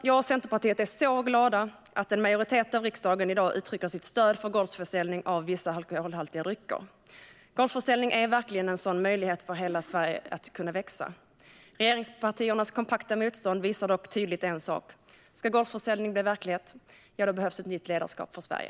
Jag och Centerpartiet är så glada över att en majoritet av riksdagen i dag uttrycker sitt stöd för gårdsförsäljning av vissa alkoholhaltiga drycker. Gårdsförsäljning är verkligen en möjlighet för hela Sverige att växa. Regeringspartiernas kompakta motstånd visar dock tydligt en sak: Ska gårdsförsäljning bli verklighet behövs ett nytt ledarskap för Sverige.